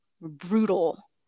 brutal